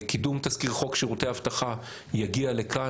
קידום תזכיר חוק שירותי אבטחה, יגיע לכאן.